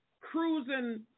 cruising